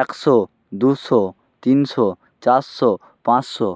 একশো দুশো তিনশো চারশো পাঁচশো